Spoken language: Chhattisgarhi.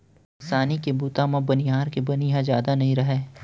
किसानी के बूता म बनिहार के बनी ह जादा नइ राहय